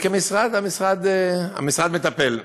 כמשרד, המשרד מטפל.